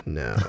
no